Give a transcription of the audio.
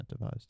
incentivized